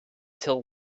till